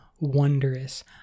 wondrous